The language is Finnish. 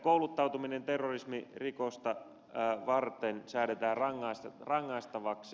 kouluttautuminen terrorismirikosta varten säädetään rangaistavaksi